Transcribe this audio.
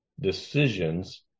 decisions